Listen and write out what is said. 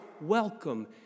welcome